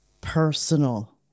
personal